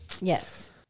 Yes